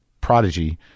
prodigy